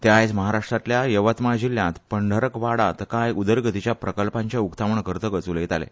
ते आयज महाराष्ट्रांतल्या यवतमाळ जिल्ह्यात पंढरकवाडांत कांय उदरगतीच्या प्रकल्पांचे उक्तावण करतकच उलयताले